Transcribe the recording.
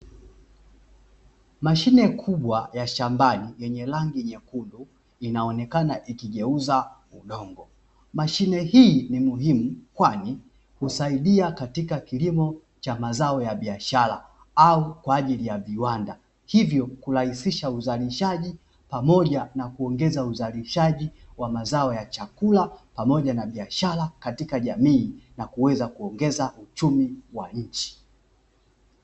Mashine kubwa ya shambani, yenye rangi nyekudu inaonekana ikigeuza udongo. Mashine hii ni muhimu kwani, husaidia katika kilimo cha mazao ya biashara au kwa ajili ya viwanda . Hivyo kurahisisha uzalishaji pamoja na kuongeza uzalishaji wa mazao ya chakula, pamoja na biashara katika jamii, na kuweza kuongeza uchumi wa nchi.